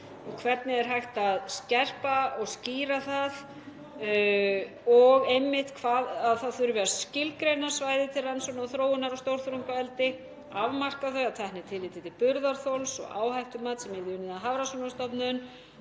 og hvernig hægt er að skerpa og skýra það og einmitt að það þurfi að skilgreina svæði til rannsóknar og þróunar á stórþörungaeldi, afmarka þau að teknu tilliti til burðarþols og áhættumats sem yrði unnið af Hafrannsóknastofnun.